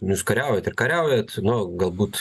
jūs kariaujat ir kariaujat su nu galbūt